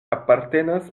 apartenas